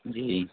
جی